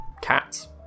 cats